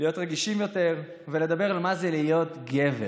להיות רגישים יותר ולדבר על מה זה להיות "גבר",